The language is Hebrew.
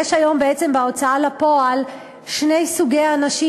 יש היום בעצם בהוצאה לפועל שני סוגי אנשים,